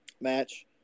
match